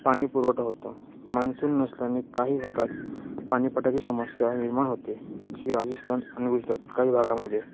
पाणीपुरवठा होतो मान्सून नसल्याने काही भागात पानीपटाची समस्या निर्माण होते जसे की राजस्थान आणि गुजरात काही भागामध्ये